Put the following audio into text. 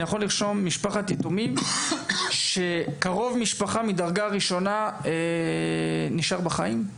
אני יכול לרשום משפחת יתומים שקרוב משפחה מדרגה ראשונה נשאר בחיים,